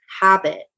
habit